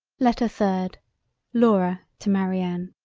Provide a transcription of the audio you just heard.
letter third laura to marianne